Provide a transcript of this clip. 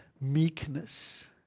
meekness